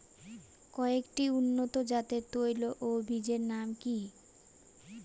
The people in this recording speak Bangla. কয়েকটি উন্নত জাতের তৈল ও বীজের নাম কি কি?